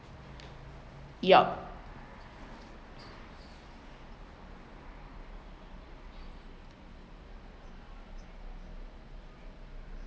yup